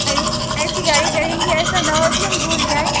अरे ऐसी गाड़ी करेंगे ऐसा ना हो कि हम भूल जाएँ